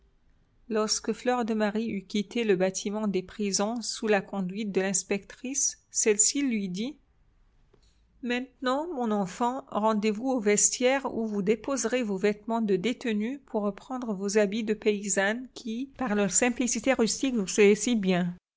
lorsque fleur de marie eut quitté le bâtiment des prisons sous la conduite de l'inspectrice celle-ci lui dit maintenant mon enfant rendez-vous au vestiaire où vous déposerez vos vêtements de détenue pour reprendre vos habits de paysanne qui par leur simplicité rustique vous seyaient si bien